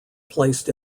placed